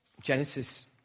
Genesis